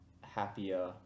happier